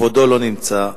כבודו לא נמצא.